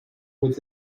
with